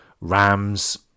Rams